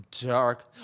dark